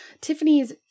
Tiffany's